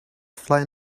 fly